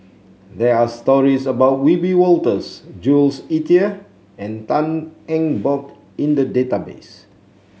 there are stories about Wiebe Wolters Jules Itier and Tan Eng Bock in the database